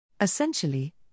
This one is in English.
Essentially